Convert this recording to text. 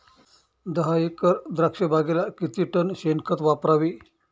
दहा एकर द्राक्षबागेला किती टन शेणखत वापरावे?